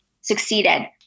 succeeded